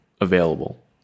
available